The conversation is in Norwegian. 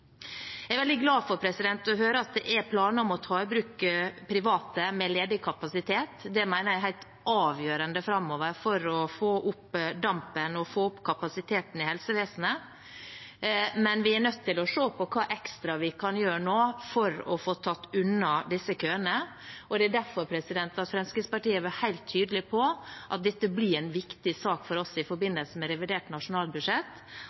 Jeg er veldig glad for å høre at det er planer om å ta i bruk private med ledig kapasitet. Det mener jeg er helt avgjørende framover for å få opp dampen og få opp kapasiteten i helsevesenet, men vi er nødt til å se på hva ekstra vi nå kan gjøre for å få tatt unna disse køene. Det er derfor Fremskrittspartiet har vært helt tydelig på at dette blir en viktig sak for oss i forbindelse med revidert nasjonalbudsjett.